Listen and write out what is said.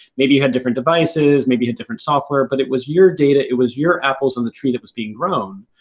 maybe, you had different devices, maybe a different software, but it was your data, it was your apples from the tree that was being grown